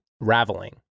raveling